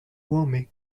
warming